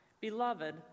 beloved